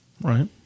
Right